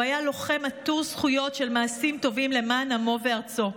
הוא היה לוחם עטור זכויות של מעשים טובים למען עמו וארצו,